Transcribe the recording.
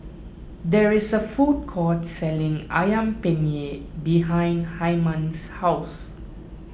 there is a food court selling Ayam Penyet behind Hyman's house